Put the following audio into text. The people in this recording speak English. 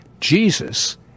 Jesus